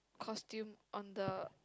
costume on the